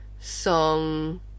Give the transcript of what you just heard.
song